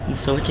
so what's